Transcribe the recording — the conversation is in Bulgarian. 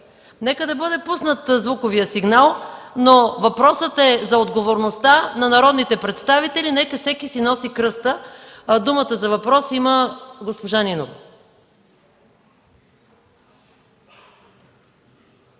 Нека да бъде пуснат звуковият сигнал, но въпросът е за отговорността на народните представители. Нека всеки си носи кръста! Думата за въпрос има госпожа Нинова.